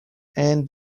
and